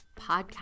podcast